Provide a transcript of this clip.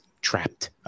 trapped